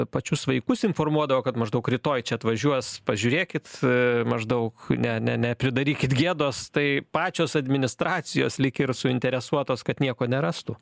pačius vaikus informuodavo kad maždaug rytoj čia atvažiuos pažiūrėkit maždaug ne ne nepridarykit gėdos tai pačios administracijos lyg ir suinteresuotos kad nieko nerastų